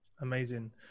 amazing